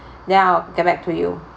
then I'll get back to you